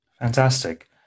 Fantastic